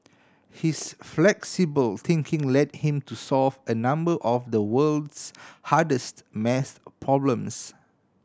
his flexible thinking led him to solve a number of the world's hardest math problems